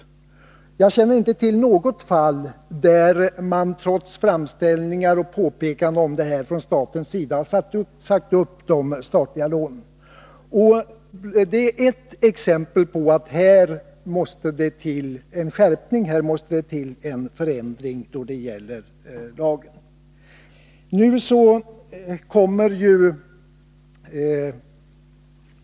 Jag känner inte till något fall där staten trots framställningar och påpekanden sagt upp det statliga lånet. Detta är ett exempel på att här måste det till en förändring då det gäller lagen.